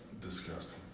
disgusting